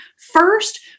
First